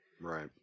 Right